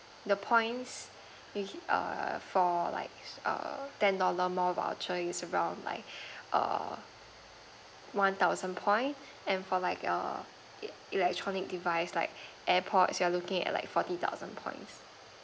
the points which err for like err ten dollar more voucher it's around like err one thousand point and for like err el~ electronic device like airpod you're looking at like forty thousand points